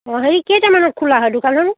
অ' হেৰি কেইটামানত খোলা হয় দোকানখন